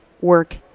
work